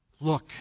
Look